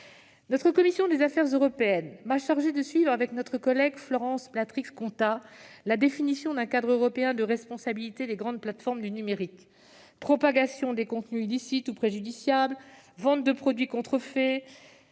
? La commission des affaires européennes m'a chargée de suivre, avec notre collègue Florence Blatrix Contat, la définition d'un cadre européen de responsabilité des grandes plateformes du numérique. Propagation des contenus illicites ou préjudiciables, vente de produits contrefaits